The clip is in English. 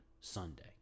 sunday